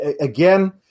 Again